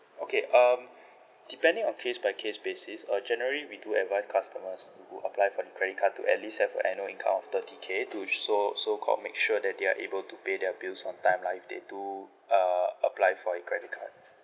okay um depending on case by case basis uh generally we do advice customers who apply for the credit card to at least have an annual income of thirty K to so so called make sure that they are able to pay their bills on time lah if they do uh apply for a credit card